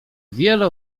wiele